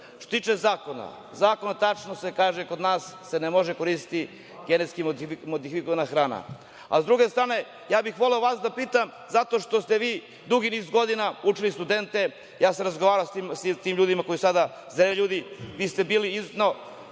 se tiče zakona, u zakonu se tačno kaže, kod nas se ne može koristiti genetski modifikovana hrana. Ali, sa druge strane, ja bih voleo vas da pitam, zato što ste vi dugi niz godina učili studente, razgovarao sam sa tim ljudima koji su sada zreli ljudi. Vi ste bili izuzetno